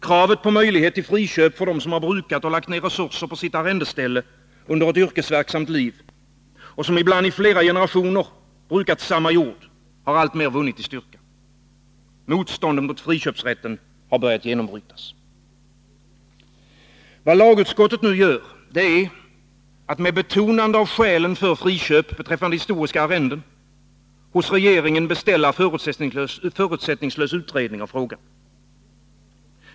Kravet på möjlighet till friköp för dem som brukat och lagt ned resurser på sitt arrendeställe under ett yrkesverksamt liv, och som ibland i flera generationer brukat samma jord, har alltmer vunnit i styrka. Motståndet mot friköpsrätten har börjat genombrytas. Vad lagutskottet nu gör är att med betonande av skälen för friköp beträffande historiska arrenden hos regeringen beställa en förutsättningslös utredning av frågan.